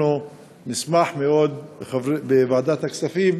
אנחנו נשמח מאוד לעזור לך בוועדת הכספים,